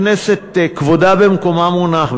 הכנסת כבודה במקומה מונח.